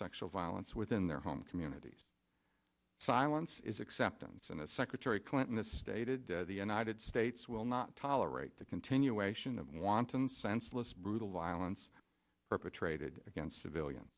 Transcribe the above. sexual violence within their home communities silence is acceptance and secretary clinton the stated the united states will not tolerate the continuation of wanton senseless brutal violence perpetrated against civilians